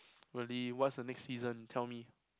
really what's the next season tell me